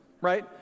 right